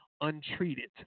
untreated